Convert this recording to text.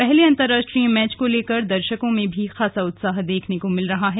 पहले अंतरराष्ट्रीय मैच को लेकर दर्शकों में भी खासा उत्साह देखने को मिल रहा है